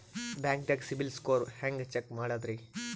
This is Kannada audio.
ಬ್ಯಾಂಕ್ದಾಗ ಸಿಬಿಲ್ ಸ್ಕೋರ್ ಹೆಂಗ್ ಚೆಕ್ ಮಾಡದ್ರಿ?